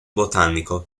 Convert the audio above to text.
botánico